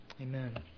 Amen